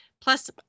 Plus